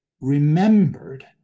remembered